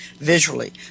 visually